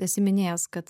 esi minėjęs kad